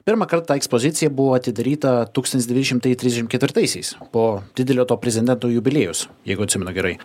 pirmą kartą ekspozicija buvo atidaryta tūkstantis devyni šimtai trisdešim ketvirtaisiais po didelio to prezidento jubiliejaus jeigu atsimenu gerai